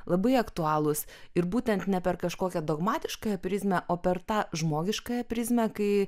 labai aktualūs ir būtent ne per kažkokią dogmatiškąją prizmę o per tą žmogiškąją prizmę kai